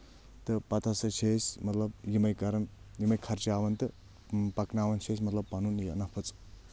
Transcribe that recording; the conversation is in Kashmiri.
تہٕ پتہٕ ہسا چھِ أسۍ مطلب یِمے کران یِمے خرچاوان تہٕ پکناوان چھِ أسۍ مطلب پَنُن یہِ نفژ